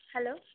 hello